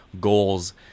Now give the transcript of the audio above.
goals